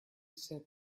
said